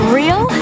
real